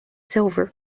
silver